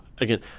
again